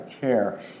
care